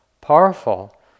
powerful